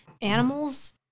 animals